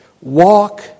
Walk